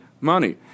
money